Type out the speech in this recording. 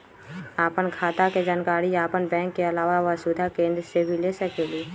आपन खाता के जानकारी आपन बैंक के आलावा वसुधा केन्द्र से भी ले सकेलु?